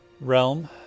Realm